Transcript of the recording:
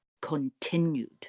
continued